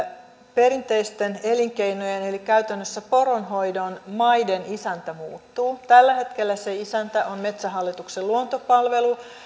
perinteisten elinkeinojen eli käytännössä poronhoidon maiden isäntä muuttuu tällä hetkellä se isäntä on metsähallituksen luontopalvelut